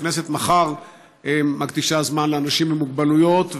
הכנסת מקדישה מחר זמן לאנשים עם מוגבלויות,